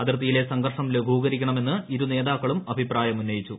അതിർത്തിയിലെ സംഘർഷ്ം ലഘൂകരിക്കണമെന്ന് ഇരുനേതാക്കളും അഭിപ്രായമുന്നയിച്ചു